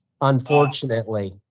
unfortunately